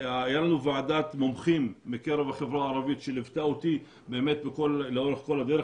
הייתה לנו ועדת מומחים מקרב החברה הערבית שליוותה אותי לאורך כל הדרך.